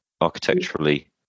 architecturally